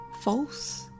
false